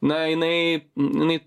na jinai jinai